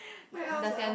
what else ah